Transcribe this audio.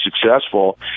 successful